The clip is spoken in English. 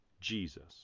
Jesus